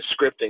scripting